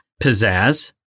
Pizzazz